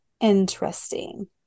interesting